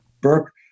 Burke